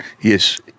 yes